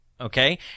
okay